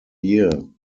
year